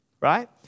right